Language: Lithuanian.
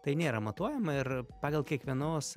tai nėra matuojama ir pagal kiekvienos